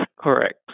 Correct